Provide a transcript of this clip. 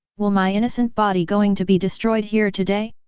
will my innocent body going to be destroyed here today?